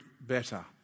better